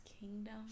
kingdom